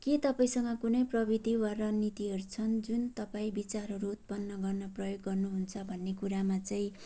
के तपाईँसँग कुनै प्रविधि वा रणनीतिहरू छन् जुन तपाईँ विचारहरू उत्पन्न गर्न प्रयोग गर्नुहुन्छ भन्ने कुरामा चाहिँ